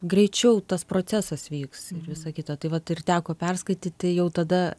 greičiau tas procesas vyks ir visa kita tai vat ir teko perskaityti jau tada